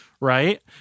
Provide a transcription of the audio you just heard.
Right